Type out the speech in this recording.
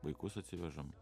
vaikus atsivežam